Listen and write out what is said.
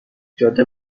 جاده